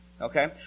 okay